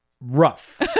rough